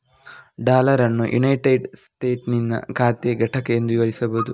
dollar ಅನ್ನು United ಸ್ಟೇಟಸ್ಸಿನ ಖಾತೆಯ ಘಟಕ ಎಂದು ವಿವರಿಸಬಹುದು